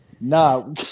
Nah